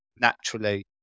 naturally